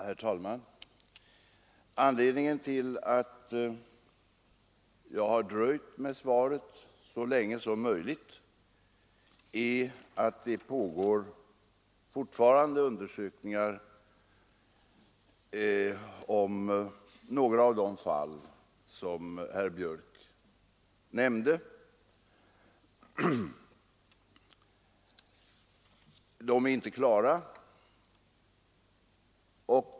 Herr talman! Anledningen till att jag har dröjt med svaret så länge som möjligt är att det fortfarande pågår undersökningar om några av de fall som herr Björck i Nässjö nämnde. De är inte klara ännu.